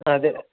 అదే